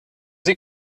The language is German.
sie